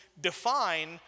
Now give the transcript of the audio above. define